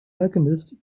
alchemist